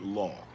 law